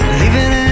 leaving